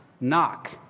Knock